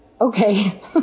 okay